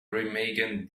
remagen